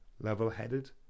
Level-headed